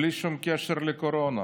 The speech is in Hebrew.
בלי שום קשר לקורונה.